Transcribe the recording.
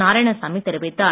நாராயணசாமி தெரிவித்தார்